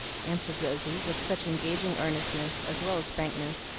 answered rosy, with such engaging earnestness, as well as frankness,